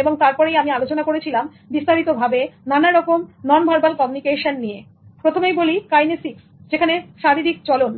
এবং তারপরেই আমি আলোচনা করেছিলাম বিস্তারিতভাবে নানা রকম নন ভার্বাল কমিউনিকেশন নিয়ে প্রথমেই বলি কাইনেসিক্স যেখানে শরীরিক চলন